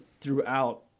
throughout